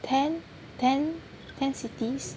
ten ten ten cities